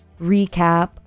Recap